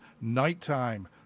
Nighttime